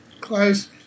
close